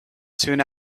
soon